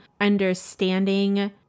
understanding